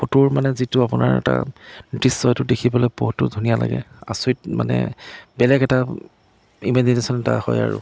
ফটোৰ মানে যিটো আপোনাৰ এটা দৃশ্যটো দেখি পেলাই ফটো ধুনীয়া লাগে আচৰিত মানে বেলেগ এটা ইমেজিনেচন এটা হয় আৰু